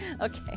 Okay